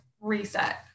reset